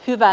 hyvä